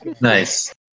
Nice